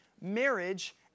marriage